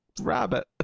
rabbit